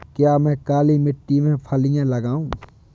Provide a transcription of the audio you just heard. क्या मैं काली मिट्टी में फलियां लगाऊँ?